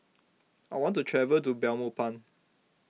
I want to travel to Belmopan